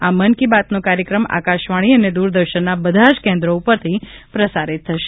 આ મન કી બાતનો કાર્યક્રમ આકાશવાણી અને દુરદર્શનના બધા જ કેન્દ્રો ઉપરથી પ્રસારિત થશે